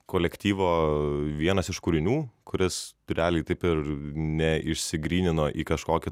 kolektyvo vienas iš kūrinių kuris realiai taip ir neišsigrynino į kažkokį